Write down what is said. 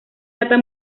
data